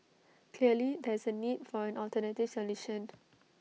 clearly there is A need for an alternative solution